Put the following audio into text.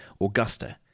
Augusta